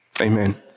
Amen